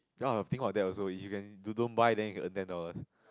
now I think of that also if you can you don't buy then you get your ten dollars